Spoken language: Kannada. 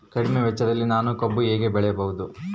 ಕಡಿಮೆ ವೆಚ್ಚದಲ್ಲಿ ನಾನು ಕಬ್ಬು ಹೇಗೆ ಬೆಳೆಯಬಹುದು?